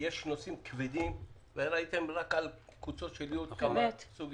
נושאים כבדים וראיתם רק על קוצו של יוד כמה סוגיות.